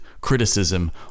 criticism